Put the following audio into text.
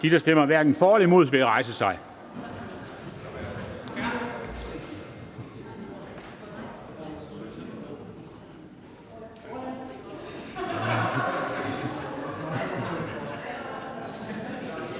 der stemmer hverken for eller imod, bedes rejse sig.